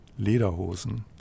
lederhosen